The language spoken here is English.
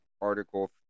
article